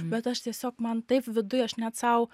bet aš tiesiog man taip viduj aš net sau